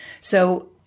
So-